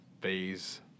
phase